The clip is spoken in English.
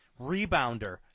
rebounder